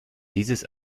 dieses